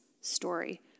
story